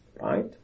right